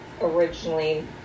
originally